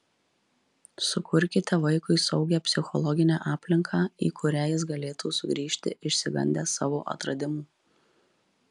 sukurkite vaikui saugią psichologinę aplinką į kurią jis galėtų sugrįžti išsigandęs savo atradimų